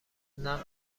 نقد